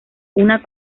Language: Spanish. una